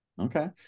Okay